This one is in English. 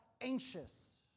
anxious